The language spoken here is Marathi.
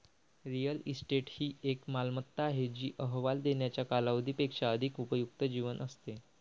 रिअल इस्टेट ही एक मालमत्ता आहे जी अहवाल देण्याच्या कालावधी पेक्षा अधिक उपयुक्त जीवन असते